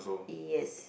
yes